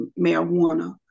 marijuana